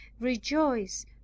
rejoice